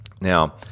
Now